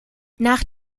nach